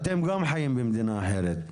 אתם גם חיים במדינה אחרת.